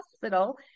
hospital